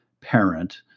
parent